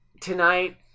tonight